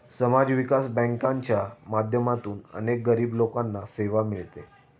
समाज विकास बँकांच्या माध्यमातून अनेक गरीब लोकांना सेवा मिळते